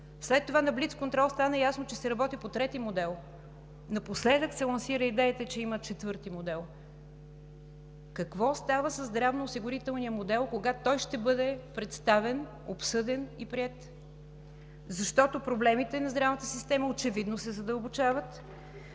След това на блицконтрол стана ясно, че се работи по трети модел. Напоследък се лансира идеята, че има четвърти модел. Какво става със здравноосигурителния модел, кога той ще бъде представен, обсъден и приет? Проблемите на здравната система очевидно се задълбочават,